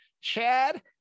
Chad